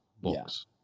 books